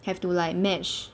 have to like match